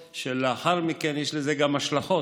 ולאחר מכן יש לזה גם השלכות,